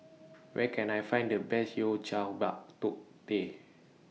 Where Can I Find The Best Yao Cai Bak Kut Teh